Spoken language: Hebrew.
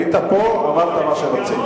היית פה, אמרת מה שרצית.